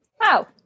Wow